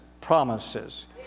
promises